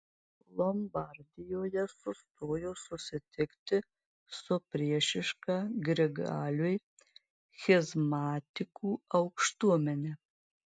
lombardijoje sustojo susitikti su priešiška grigaliui schizmatikų aukštuomene